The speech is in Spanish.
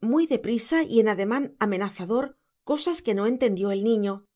muy deprisa y en ademán amenazador cosas que no entendió el niño